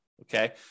Okay